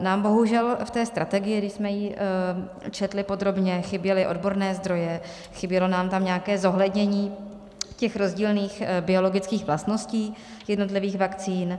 Nám bohužel v té strategii, když jsme ji četli podrobně, chyběly odborné zdroje, chybělo nám tam nějaké zohlednění těch rozdílných biologických vlastností jednotlivých vakcín.